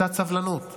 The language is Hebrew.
קצת סבלנות.